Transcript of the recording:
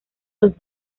los